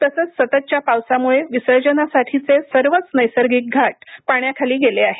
तसंच सततच्या पावसामुळे विसर्जनासाठीचे सर्वच नैसर्गिक घाट पाण्याखाली गेले आहेत